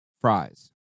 fries